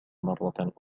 مرة